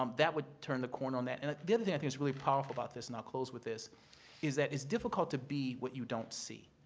um that would turn the corner on that. and the other thing i think that's really powerful about this and i'll close with this is that it's difficult to be what you don't see.